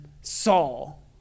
Saul